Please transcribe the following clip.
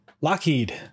lockheed